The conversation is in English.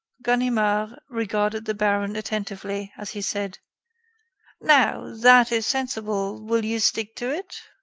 ganimard regarded the baron attentively, as he said now, that is sensible. will you stick to it?